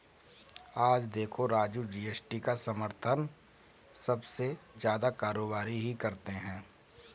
आज देखो राजू जी.एस.टी का समर्थन सबसे ज्यादा कारोबारी ही करते हैं